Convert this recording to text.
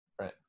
right